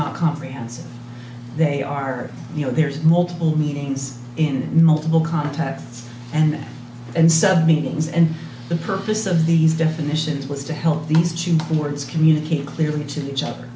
not comprehensive they are you know there's multiple meanings in multiple contexts and and so meanings and the purpose of these definitions was to help these two words communicate clearly to each other